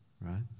right